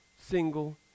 single